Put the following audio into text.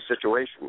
situation